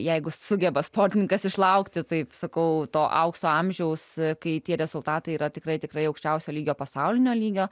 jeigu sugeba sportininkas išlaukti taip sakau to aukso amžiaus kai tie rezultatai yra tikrai tikrai aukščiausio lygio pasaulinio lygio